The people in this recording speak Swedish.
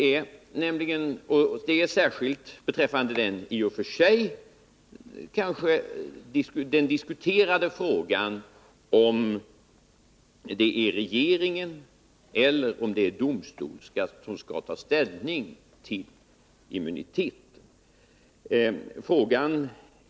Det gäller särskilt beträffande den diskuterade frågan, om det är regeringen eller domstol som skall ta ställning till immuniteten.